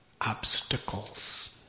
obstacles